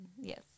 yes